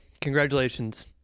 congratulations